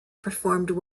performed